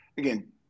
Again